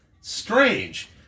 Strange